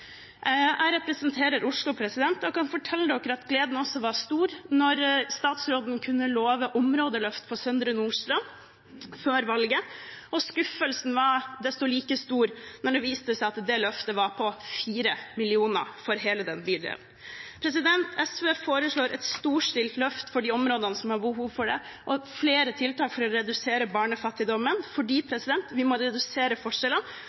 Jeg representerer Oslo, og jeg kan fortelle at gleden var stor da statsråden før valget kunne love områdeløft for Søndre Nordstrand, og skuffelsen var desto større da det viste seg at det løftet var på 4 mill. kr for hele den bydelen. SV foreslår et storstilt løft for de områdene som har behov for det, og flere tiltak for å redusere barnefattigdommen – fordi vi må redusere forskjellene,